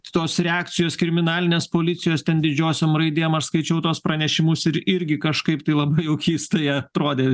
tos reakcijos kriminalinės policijos ten didžiosiom raidėm aš skaičiau tuos pranešimus ir irgi kažkaip tai labai jau keistai atrodė